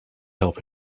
help